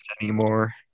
anymore